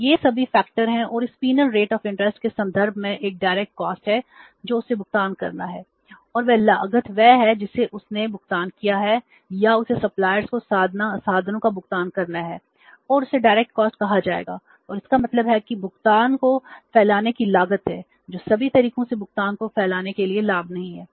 तो ये सभी फैक्टर कहा जाएगा और इसका मतलब है कि भुगतान को फैलाने की लागत है जो सभी तरीकों से भुगतान को फैलाने के लिए लाभ नहीं है